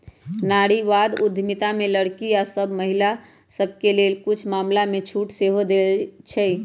नारीवाद उद्यमिता में लइरकि सभ आऽ महिला सभके लेल कुछ मामलामें छूट सेहो देँइ छै